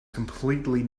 completely